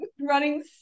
running